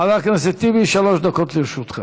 חבר הכנסת טיבי, שלוש דקות לרשותך.